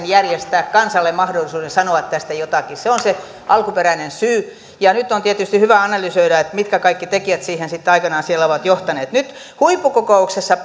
järjestää kansalle mahdollisuuden sanoa tästä jotakin se on se alkuperäinen syy ja nyt on tietysti hyvä analysoida mitkä kaikki tekijät siihen sitten aikanaan siellä ovat johtaneet nyt huippukokouksessa